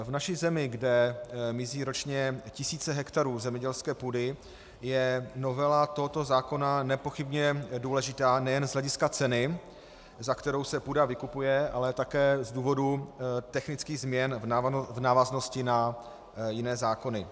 V naší zemi, kde mizí ročně tisíce hektarů zemědělské půdy, je novela tohoto zákona nepochybně důležitá nejen z hlediska ceny, za kterou se půda vykupuje, ale také z důvodu technických změn v návaznosti na jiné zákony.